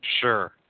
Sure